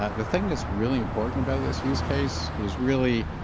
the thing that's really important about this use case is really,